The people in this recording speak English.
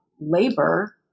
labor